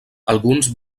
alguns